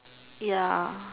ya